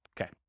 Okay